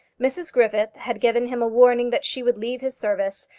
mrs griffith had given him warning that she would leave his service,